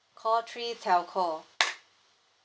call three telco